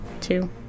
two